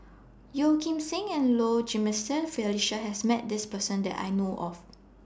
Yeo Kim Seng and Low Jimenez Felicia has Met This Person that I know of